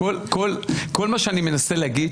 כל מה שאני מנסה להגיד,